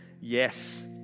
yes